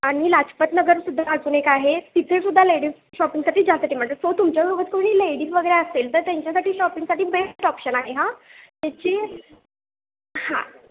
आणि लाजपत नगरसुद्धा अजून एक आहे तिथेसुद्धा लेडीज शॉपिंगसाठी जास्त ते म्हणते सो तुमच्या सोबत कोणी लेडीज वगेरे असेल तर त्यांच्यासाठी शॉपिंगसाठी बेस्ट ऑप्शन आहे हां त्याची हां